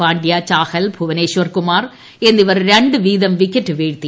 പാണ്ഡൃ ചാഹൽ ഭുവനേശ്വർ കുമാർ എന്നിവർ രണ്ടുവീതം വിക്കറ്റ് വീഴ്ത്തി